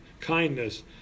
kindness